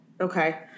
Okay